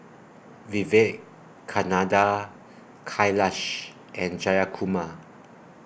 Vivekananda Kailash and Jayakumar